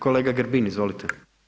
Kolega Grbin izvolite.